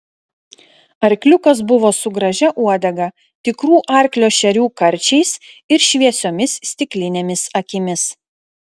arkliukas buvo su gražia uodega tikrų arklio šerių karčiais ir šviesiomis stiklinėmis akimis